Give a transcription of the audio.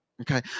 Okay